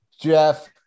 Jeff